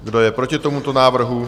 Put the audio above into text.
Kdo je proti tomuto návrhu?